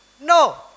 No